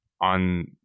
on